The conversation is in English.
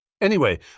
Anyway